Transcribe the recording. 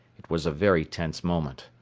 it was a very tense moment.